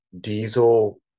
Diesel